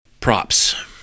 Props